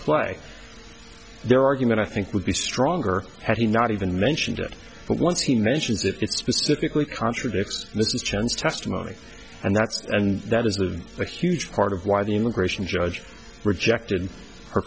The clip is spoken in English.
play their argument i think would be stronger had he not even mentioned it but once he mentions it it specifically contradicts mischance testimony and that's and that is the a huge part of why the immigration judge rejected her